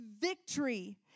victory